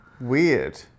Weird